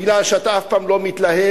כי אתה אף פעם לא מתלהם,